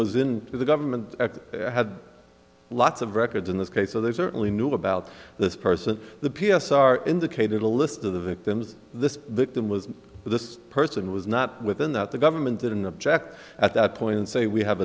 was in the gulf and had lots of records in this case so they certainly knew about this person the p s r indicated a list of the victims the them was this person was not within that the government didn't object at that point and say we have